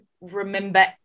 remember